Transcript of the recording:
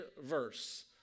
verse